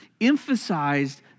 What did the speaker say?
emphasized